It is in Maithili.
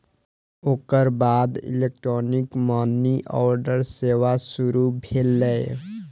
ओकर बाद इलेक्ट्रॉनिक मनीऑर्डर सेवा शुरू भेलै